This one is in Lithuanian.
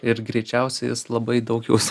ir greičiausiai jis labai daug jaus